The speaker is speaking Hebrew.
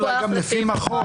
אולי גם פילוח לפי מחוז.